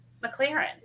McLaren